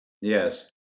Yes